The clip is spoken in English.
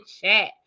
chat